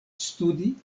studi